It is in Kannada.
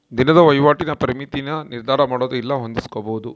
ದಿನದ ವಹಿವಾಟಿನ ಪರಿಮಿತಿನ ನಿರ್ಧರಮಾಡೊದು ಇಲ್ಲ ಹೊಂದಿಸ್ಕೊಂಬದು